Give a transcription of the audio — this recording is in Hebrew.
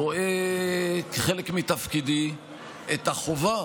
רואה כחלק מתפקידי את החובה